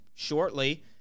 Shortly